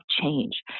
change